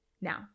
now